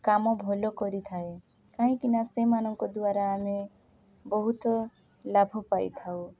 କାମ ଭଲ କରିଥାଏ କାହିଁକିନା ସେମାନଙ୍କ ଦ୍ୱାରା ଆମେ ବହୁତ ଲାଭ ପାଇଥାଉ